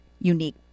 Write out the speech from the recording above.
unique